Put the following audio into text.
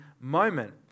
moment